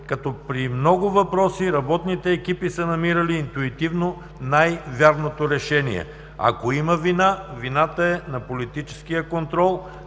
като при много въпроси работните екипи са намирали интуитивно най-вярното решение. Ако има вина – вината е на политическия контрол,